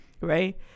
right